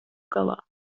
galā